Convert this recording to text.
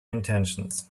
intentions